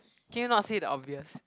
can you not say the obvious